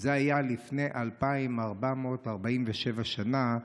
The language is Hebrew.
וזה היה לפני 2,447 שנה,